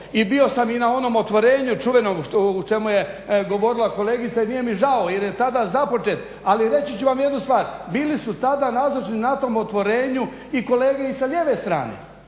I bio sam i na onom otvorenju čuvenom o čemu je govorila kolegica i nije mi žao, jer je tada započet. Ali reći ću vam jednu stvar. Bili su tada nazočni na tom otvorenju i kolege sa lijeve strane.